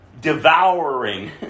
devouring